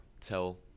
tell